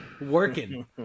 working